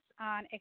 on